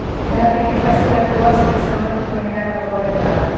रबी के फसल अक्टूबर से दिसंबर के महिना में बोअल जाला